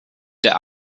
der